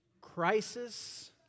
Crisis